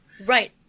Right